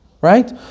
Right